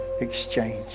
exchange